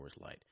Light